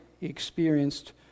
experienced